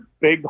big